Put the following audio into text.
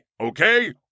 Okay